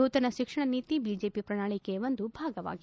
ನೂತನ ಶಿಕ್ಷಣ ನೀತಿ ಬಿಜೆಪಿ ಪ್ರಣಾಳಿಕೆಯ ಒಂದು ಭಾಗವಾಗಿದೆ